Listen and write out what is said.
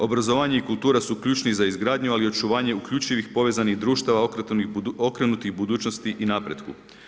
Obrazovanje i kultura su ključni za izgradnju, ali i očuvanje uključivih povezanih društava okrenutih budućnosti i napretku.